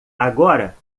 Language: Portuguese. agora